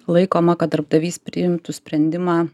laikoma kad darbdavys priimtų sprendimą